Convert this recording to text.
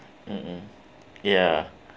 mmhmm ya